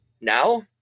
now